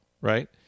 right